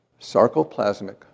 sarcoplasmic